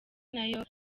nayo